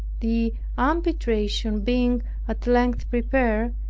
the arbitration being at length prepared,